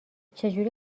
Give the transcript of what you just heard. چجوری